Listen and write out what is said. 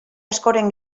askoren